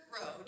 road